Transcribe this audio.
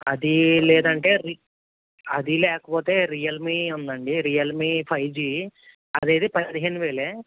అది లేదంటే రి అది లేకపోతే రియల్మీ ఉందండి రియల్మీ ఫైవ్ జి అది అయితే పదిహేను వేలే